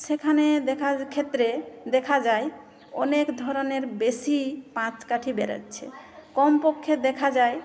সেখানে দেখার ক্ষেত্রে দেখা যায় অনেক ধরনের বেশি পাটকাঠি বেড়োচ্ছে কমপক্ষে দেখা যায়